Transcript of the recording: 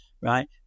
right